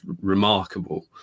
remarkable